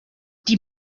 die